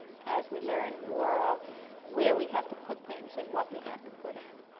as we learn more of where we have to put things and what we have to put in.